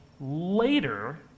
later